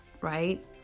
right